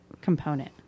component